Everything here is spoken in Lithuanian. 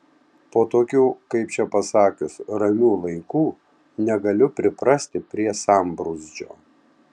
po tokių kaip čia pasakius ramių laikų negaliu priprasti prie sambrūzdžio